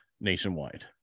nationwide